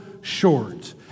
short